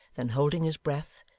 then holding his breath,